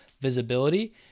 visibility